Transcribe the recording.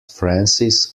francis